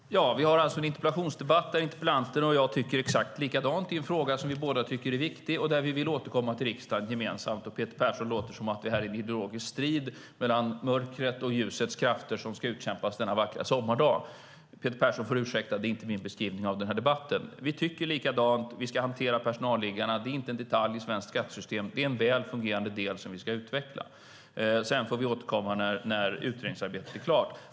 Herr talman! Vi har alltså en interpellationsdebatt där interpellanten och jag tycker exakt likadant i en fråga som vi båda tycker är viktig och där vi vill återkomma till riksdagen gemensamt, och Peter Persson låter som att det här är en ideologisk strid mellan mörkrets och ljusets krafter som ska utkämpas denna vackra sommardag. Peter Persson får ursäkta, men det är inte min beskrivning av den här debatten. Vi tycker likadant. Vi ska hantera personalliggarna. Det är inte en detalj i svenskt skattesystem, det är en väl fungerande del som vi ska utveckla. Sedan får vi återkomma när utredningsarbetet är klart.